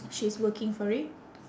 she's working for it